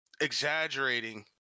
exaggerating